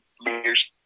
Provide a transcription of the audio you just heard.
leaders